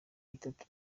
itatu